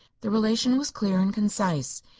the relation was clear and concise.